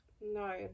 No